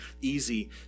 easy